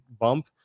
bump